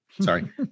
sorry